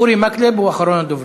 אורי מקלב הוא אחרון הדוברים.